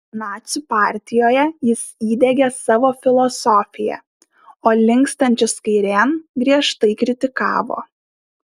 nacių partijoje jis įdiegė savo filosofiją o linkstančius kairėn griežtai kritikavo